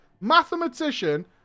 mathematician